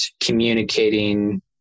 communicating